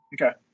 Okay